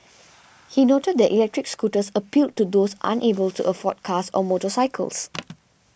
he noted that electric scooters appealed to those unable to afford cars or motorcycles